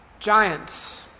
Giants